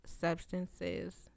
substances